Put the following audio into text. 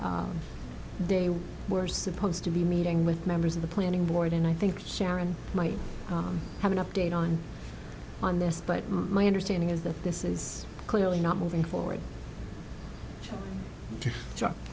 they were supposed to be meeting with members of the planning board and i think sharon might have an update on on this but my understanding is that this is clearly not moving forward to truc